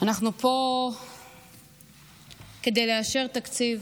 אנחנו פה כדי לאשר תקציב,